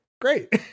great